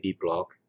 block